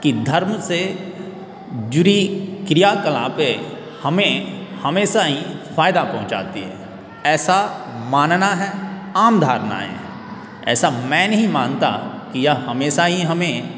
कि धर्म से जुड़ी क्रियाकला पर हमें हमेशा ही फ़ायदा पहुँचता है ऐसा मानना है आम धारणाएं हैं ऐसा मैं नहीं मानता कि यह हमेशा ही हमें